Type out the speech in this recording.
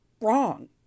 wrong